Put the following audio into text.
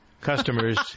customers